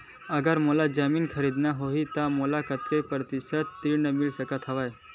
अगर मोला जमीन खरीदना होही त मोला कतेक प्रतिशत म ऋण मिल सकत हवय?